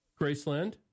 Graceland